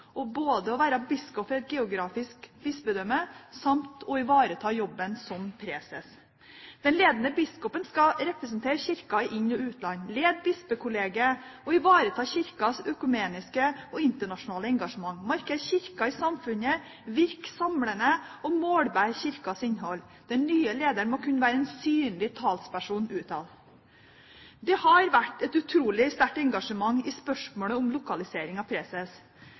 både å være biskop for et geografisk bispedømme samt å ivareta jobben som preses. Den ledende biskopen skal representere Kirken i inn- og utland, lede bispekollegiet, ivareta Kirkens økumeniske og internasjonale engasjement, markere Kirken i samfunnet, virke samlende og målbære Kirkens innhold. Den nye lederen må kunne være en synlig talsperson utad. Det har vært et utrolig sterkt engasjement i spørsmålet om lokalisering av preses.